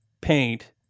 paint